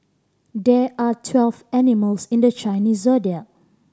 there are twelve animals in the Chinese Zodiac